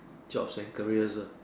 jobs and careers lah